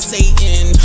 Satan